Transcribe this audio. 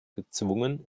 gezwungen